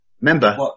Remember